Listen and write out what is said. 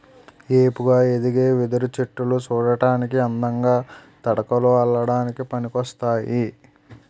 ఏపుగా ఎదిగే వెదురు చెట్టులు సూడటానికి అందంగా, తడకలు అల్లడానికి పనికోస్తాయి